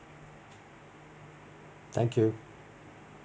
thank you